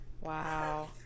Wow